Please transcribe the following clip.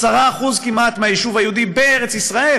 כמעט 10% מהיישוב היהודי בארץ ישראל